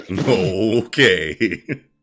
Okay